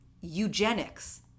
eugenics